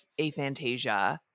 aphantasia